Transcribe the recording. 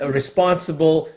responsible